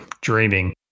dreaming